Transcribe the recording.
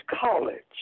college